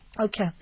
Okay